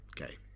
okay